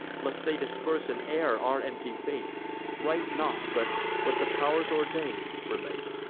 lest they disperse in air our empty fate write not, but, what the pow'rs ordain, relate.